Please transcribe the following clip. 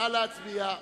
נא להצביע.